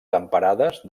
temperades